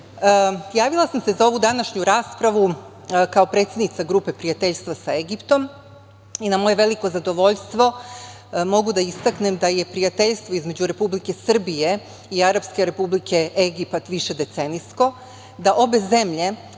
način. Javila sam se za ovu današnju raspravu kao predsednica Grupe prijateljstva sa Egiptom i na moje veliko zadovoljstvo mogu da istaknem da je prijateljstvo između Republike Srbije i Arapske Republike Egipat višedecenijsko, da obe zemlje